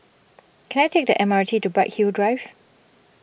can I take the M R T to Bright Hill Drive